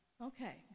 Okay